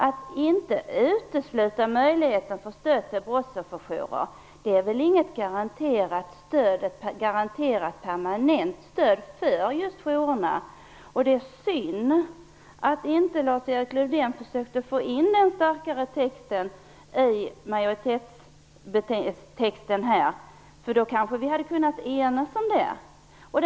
Att inte utesluta möjligheten till stöd för brottsofferjourerna är väl inget garanterat permanent stöd för just jourerna. Det är synd att inte Lars-Erik Lövdén försökte få in den starkare formuleringen i majoritetstexten, för då kanske vi hade kunnat enas om den.